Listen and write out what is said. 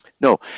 No